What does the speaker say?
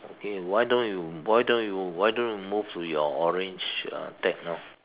okay why don't you why don't you why don't you move to your orange uh tag now